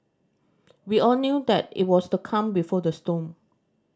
we all knew that it was the calm before the storm